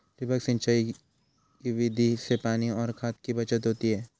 ठिबक सिंचाई की विधि से पानी और खाद की बचत होती है